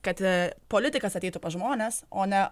kad politikas ateitų pas žmones o ne